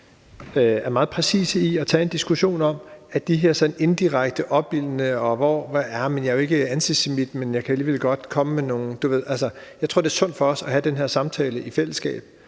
er meget præcise i en diskussion om de her sådan indirekte, opildnende udsagn a la: Jeg er jo ikke antisemit, men jeg kan alligevel godt komme med nogle ting. Altså, jeg tror, det er sundt for os at have den her samtale i fællesskab